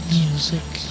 music